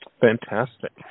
Fantastic